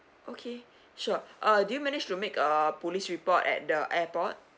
okay sure uh do you manage to make a police report at the airport